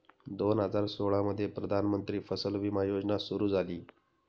दोन हजार सोळामध्ये प्रधानमंत्री फसल विमा योजना सुरू झाली